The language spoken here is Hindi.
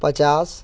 पचास